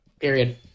period